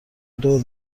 دور